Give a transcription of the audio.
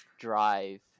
drive